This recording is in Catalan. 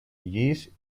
llis